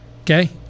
okay